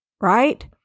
Right